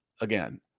again